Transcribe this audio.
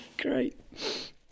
great